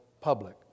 public